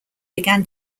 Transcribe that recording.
began